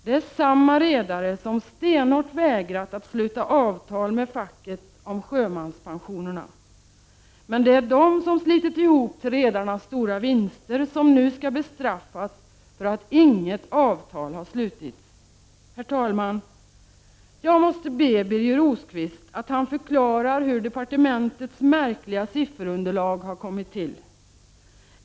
Det är samma redare som stenhårt har vägrat att sluta avtal med facket om sjömanspensionerna. Det är sjömännen som har slitit ihop till redarnas stora vinster men som nu skall bestraffas genom att avtal inte har slutits. Herr talman! Jag måste be Birger Rosqvist att förklara hur departementets märkliga sifferunderlag har kommit till.